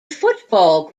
football